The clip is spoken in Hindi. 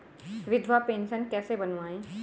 विधवा पेंशन कैसे बनवायें?